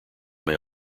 may